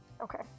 Okay